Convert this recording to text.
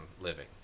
living